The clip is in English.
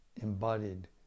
embodied